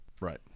Right